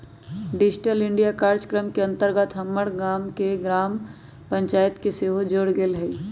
digital India काजक्रम के अंतर्गत हमर गाम के ग्राम पञ्चाइत के सेहो जोड़ल गेल हइ